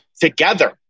together